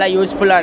useful